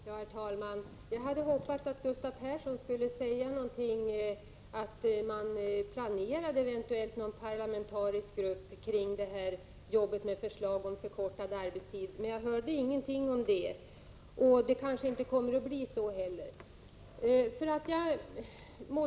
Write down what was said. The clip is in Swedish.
Herr talman! Jag hade hoppats att Gustav Persson skulle säga att en parlamentarisk grupp med uppgift att arbeta med förslag om arbetstidsförkortningar planeras, men såvitt jag kunde höra nämndes inget sådant. Det kommer kanske inte heller att bli så.